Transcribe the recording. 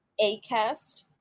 Acast